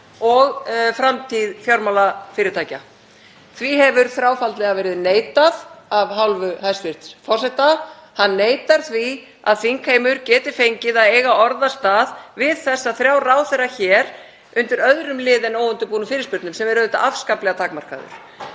og framtíð fjármálafyrirtækja. Því hefur þráfaldlega verið neitað af hálfu hæstv. forseta. Hann neitar því að þingheimur geti fengið að eiga orðastað við þessa þrjá ráðherra hér undir öðrum lið en óundirbúnum fyrirspurnum, sem er auðvitað afskaplega takmarkaður.